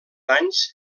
anys